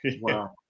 Wow